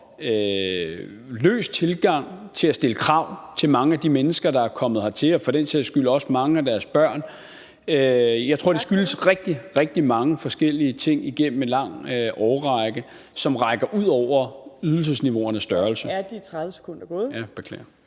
løs tilgang til at stille krav til mange af de mennesker, der er kommet hertil, og det gælder for den sags skyld også for mange af deres børn. Jeg tror, at det skyldes rigtig, rigtig mange forskellige ting igennem en lang årrække, altså ting, som rækker ud over ydelsesniveauernes størrelse. Kl. 15:13 Fjerde næstformand